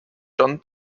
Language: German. john